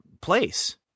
place